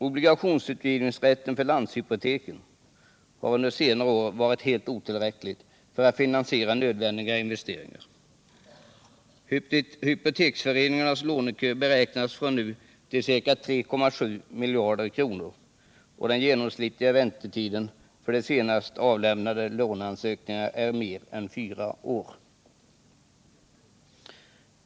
Obligationsutgivningsrätten för landshypoteken har under senare år varit helt otillräcklig för att finansiera nödvändiga investeringar. Hypoteksföreningarnas lånekö beräknas f.n. till ca 3,7 miljarder kronor, och den genomsnittliga väntetiden för de senast avlämnade låneansökningarna är mer än fyra år.